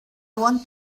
want